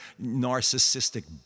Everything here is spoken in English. narcissistic